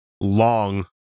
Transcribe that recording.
long